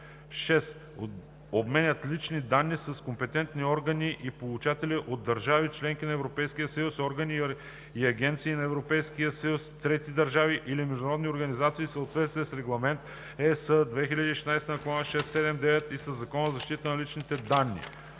6. обменят лични данни с компетентни органи и получатели от държави – членки на Европейския съюз, органи и агенции на Европейския съюз, трети държави или международни организации в съответствие с Регламент (ЕС) 2016/679 и със Закона за защита на личните данни.“